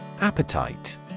Appetite